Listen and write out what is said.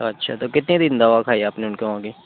اچھا تو کتنے دِن دوا کھائی آپ نے اِن کے وہاں کی